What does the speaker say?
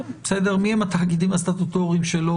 מי הם התאגידים הסטטוטוריים שלא.